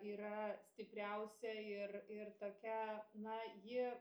yra stipriausia ir ir tokia na ji